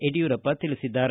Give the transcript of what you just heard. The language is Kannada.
ಯಡಿಯೂರಪ್ಪ ತಿಳಿಸಿದ್ದಾರೆ